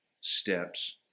steps